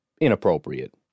inappropriate